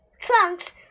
trunks